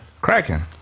cracking